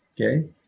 Okay